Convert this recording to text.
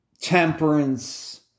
temperance